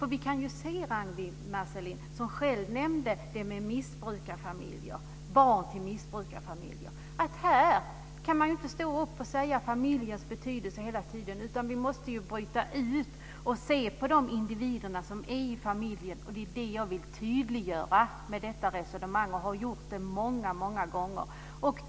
Ragnwi Marcelind nämnde ju själv barnen i missbrukarfamiljer. Där kan man inte hela tiden tala om familjens betydelse. I stället måste vi bryta ut det hela och se till de individer som finns i familjen. Det är vad jag vill tydliggöra med detta resonemang, och det har jag gjort många gånger tidigare.